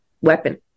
weapon